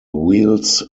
wheels